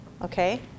okay